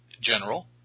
general